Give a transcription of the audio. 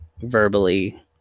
verbally